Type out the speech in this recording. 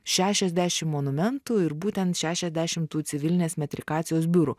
šešiasdešim monumentų ir būtent šešiasdešim tų civilinės metrikacijos biurų